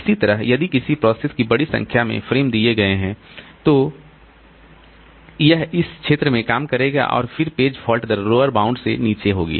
इसी तरह यदि किसी प्रोसेस को बड़ी संख्या में फ्रेम दिए गए हैं तो यह इस क्षेत्र में काम करेगा और फिर पेज फॉल्ट दर लोअर बाउंड से नीचे होगी